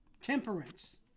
temperance